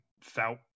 felt